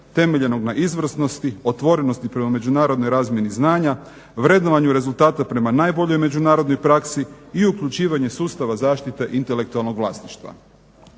temeljenog na izvrsnosti, otvorenosti prema međunarodnoj razmjeni znanja, vrednovanju rezultata prema najboljoj međunarodnoj praksi i uključivanje sustava zaštite intelektualnog vlasništva.